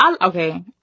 okay